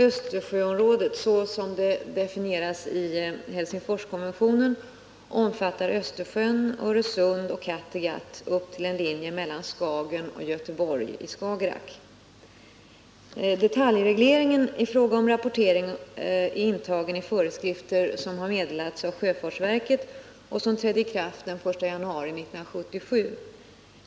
Östersjöområdet omfattar såsom det definieras i Helsingforskonventionen Östersjön, Öresund och Kattegatt upp till en linje mellan Skagen och Göteborg i Skagerack. Detaljregleringen i fråga om rapporteringen är intagen i föreskrifter som har meddelats av sjöfartsverket och som trädde i kraft den 1 januari 1977.